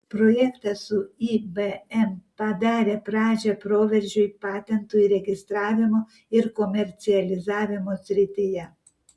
projektas su ibm padarė pradžią proveržiui patentų įregistravimo ir komercializavimo srityje